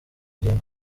ngingo